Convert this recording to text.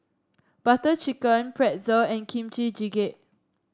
Butter Chicken Pretzel and Kimchi Jjigae